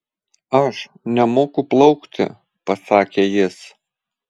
aš nemoku plaukti pasakė jis